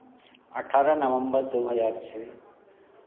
अठारह नवंबर दो हज़ार छः